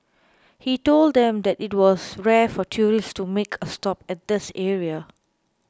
he told them that it was rare for tourists to make a stop at this area